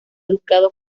educado